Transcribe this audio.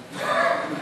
כן.